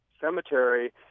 cemetery